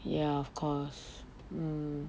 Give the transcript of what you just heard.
ya of course